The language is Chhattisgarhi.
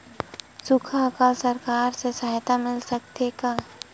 सुखा अकाल सरकार से सहायता मिल सकथे का?